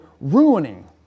ruining